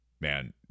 man